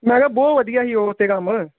ਮੈਂ ਕਿਹਾ ਬਹੁਤ ਵਧੀਆ ਸੀ ਉਹ ਤਾਂ ਕੰਮ